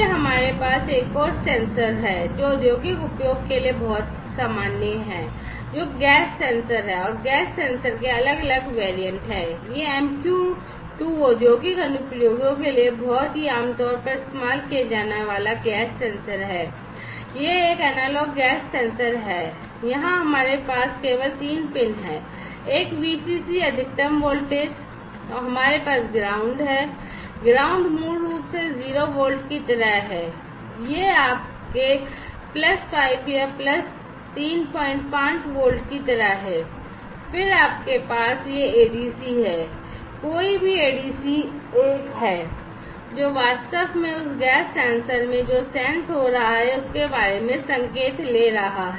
फिर हमारे पास एक और सेंसर है जो औद्योगिक उपयोग के लिए भी बहुत सामान्य है जो गैस सेंसर है और गैस सेंसर के अलग मूल रूप से 0 वोल्ट की तरह है यह आपके प्लस 5 या प्लस 35 वोल्ट की तरह है और फिर आपके पास यह ADC है कोई भी ADC एक है जो वास्तव में उस गैस सेंसर में जो सेंस हो रहा है उसके बारे में संकेत ले रहा है